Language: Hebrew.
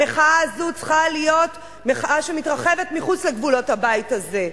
המחאה הזאת צריכה להיות מחאה שמתרחבת מחוץ לגבולות הבית הזה.